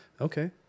Okay